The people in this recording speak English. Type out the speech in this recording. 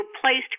placed